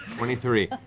twenty three.